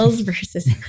versus